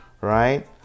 right